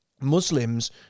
Muslims